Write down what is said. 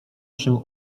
się